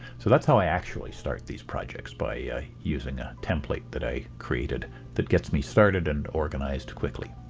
so that's how i actually start these projects by using a template that i created that gets me started and organized quickly.